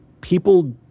People